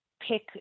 pick